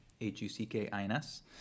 H-U-C-K-I-N-S